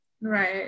Right